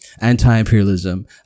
anti-imperialism